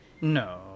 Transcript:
No